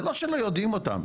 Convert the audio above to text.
זה לא שלא יודעים אותם.